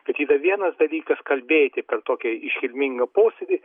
bet yra vienas dalykas kalbėti per tokią iškilmingą posėdį